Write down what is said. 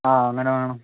ആ അങ്ങനെ വേണം